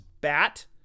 Bat